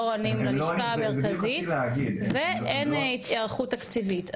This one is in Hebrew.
לא עונים ללשכה המרכזית ואין היערכות תקציבית.